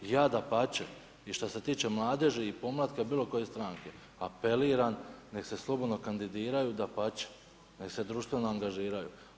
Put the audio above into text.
Ja dapače i što se tiče mladeži i podmlatka bilo koje stranke apeliram neka se slobodno kandidiraju, dapače neka se društveno angažiraju.